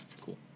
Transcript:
cool